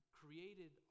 created